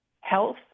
health